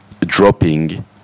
dropping